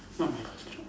not my first job